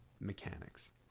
mechanics